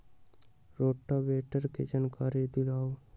Rotavator के जानकारी दिआउ?